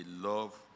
love